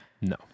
No